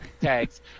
tags